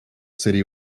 city